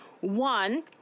One